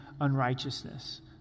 unrighteousness